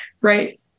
Right